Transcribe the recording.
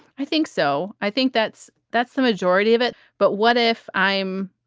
i think so. i think that's that's the majority of it. but what if i'm.